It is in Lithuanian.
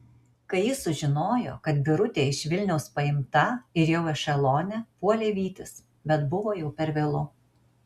kai jis sužinojo kad birutė iš vilniaus paimta ir jau ešelone puolė vytis bet buvo jau per vėlu